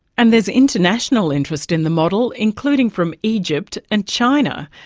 and there's international interest in the model, including from egypt and china.